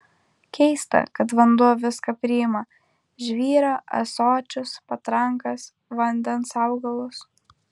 keista kad vanduo viską priima žvyrą ąsočius patrankas vandens augalus